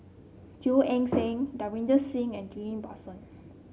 Teo Eng Seng Davinder Singh and Ghillie Basan